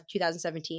2017